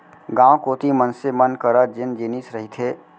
गाँव कोती मनसे मन करा जेन जिनिस रहिथे